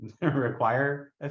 require